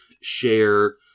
share